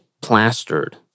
plastered